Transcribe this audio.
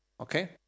Okay